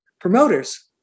promoters